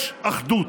יש אחדות.